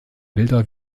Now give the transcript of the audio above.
bilder